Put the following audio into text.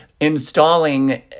installing